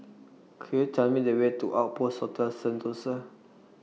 Could YOU Tell Me The Way to Outpost of Sentosa